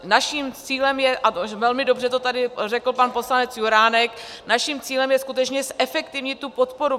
Naším cílem je a velmi dobře to tady řekl pan poslanec Juránek naším cílem je skutečně zefektivnit tu podporu.